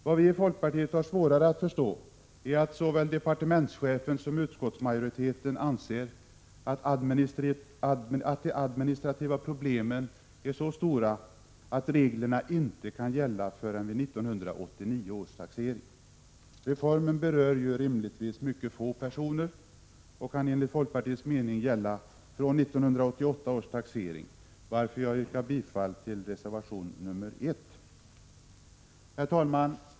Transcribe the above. Vad vi i folkpartiet har svårare att förstå är att såväl departementschefen som utskottsmajoriteten anser de administrativa problemen vara så stora att reglerna inte kan gälla förrän vid 1989 års taxering. Reformen berör ju rimligtvis mycket få personer och kan enligt folkpartiets mening gälla från 1988 års taxering, varför jag yrkar bifall till reservation nr 1. Herr talman!